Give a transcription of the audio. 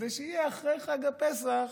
כדי שיהיה אחרי חג הפסח.